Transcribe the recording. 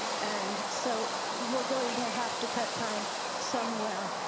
and so we're going to have to cut time somewhere.